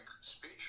speech